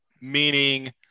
meaning